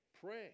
pray